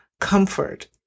comfort